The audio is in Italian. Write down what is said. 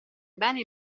bene